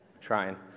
trying